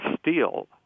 Steel